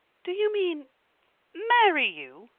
do you mean marry you?